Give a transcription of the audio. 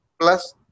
Plus